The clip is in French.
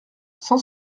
cent